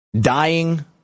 dying